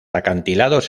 acantilados